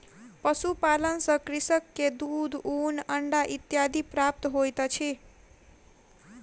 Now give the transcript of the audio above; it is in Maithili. पशुपालन सॅ कृषक के दूध, ऊन, अंडा इत्यादि प्राप्त होइत अछि